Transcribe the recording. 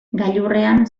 gailurrean